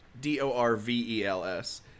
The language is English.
d-o-r-v-e-l-s